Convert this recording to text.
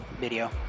video